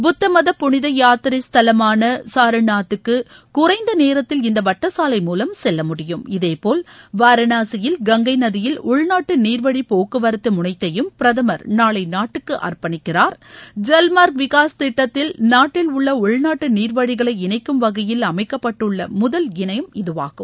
புத்தமத புனிதயாத்திரை ஸ்தலமான சாரநாத்துக்கு குறைந்த நேரத்தில் இந்த வட்டச்சாலை மூலம் செல்ல முடியும் இதே போல் வாரணாசியில் கங்கை நதியில் உள்நாட்டு நீர்வழி போக்குவரத்து முனைத்தையும் பிரதமர் நாளை நாட்டுக்கு அர்ப்பணிக்கிறார் ஜஸ்மார்க் விகாஸ் திட்டத்தில் நாட்டில் உள்ள உள்நாட்டு நீர்வழிகளை இணைக்கும் வகையில் அமைக்கப்பட்டுள்ள முதல் முனையம் இதுவாகும்